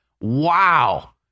Wow